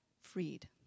freed